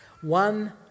One